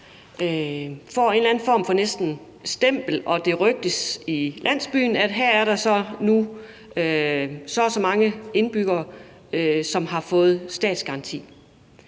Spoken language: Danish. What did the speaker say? får en eller anden form for stempel og det rygtes i landsbyen, at der så her nu er så og så mange indbyggere, som har fået statsgaranti,